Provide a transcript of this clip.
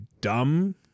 dumb